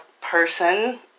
person